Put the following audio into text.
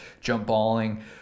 jump-balling